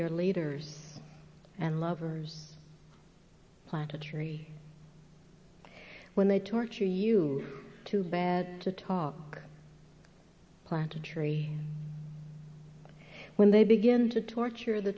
your leaders and lovers plant a tree when they torture you too bad to talk plant a tree when they begin to torture the